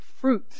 Fruit